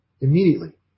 Immediately